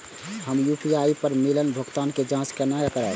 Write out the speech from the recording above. हम यू.पी.आई पर मिलल भुगतान के जाँच केना करब?